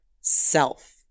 self